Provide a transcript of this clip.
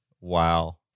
Wow